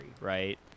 right